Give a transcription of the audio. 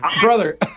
brother